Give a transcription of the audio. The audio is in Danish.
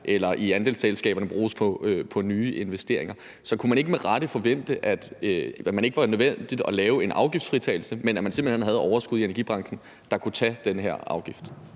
eller som i andelsselskaberne bruges på nye investeringer. Så kunne man ikke med rette forvente, at det ikke var nødvendigt at lave en afgiftsfritagelse, men at man simpelt hen havde nogle overskud i energibranchen, der kunne tage den her afgift?